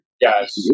Yes